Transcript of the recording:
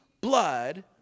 blood